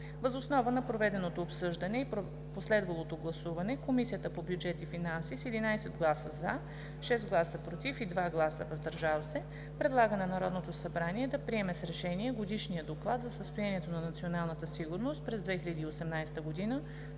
Въз основа на проведеното обсъждане и последвалото гласуване Комисията по бюджет и финанси с 11 гласа „за“, 6 гласа „против“ и 2 гласа „въздържал се“ предлага на Народното събрание да приеме с решение Годишния доклад за състоянието на националната сигурност през 2018 г.,